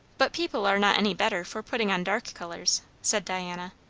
but people are not any better for putting on dark colours, said diana.